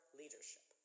leadership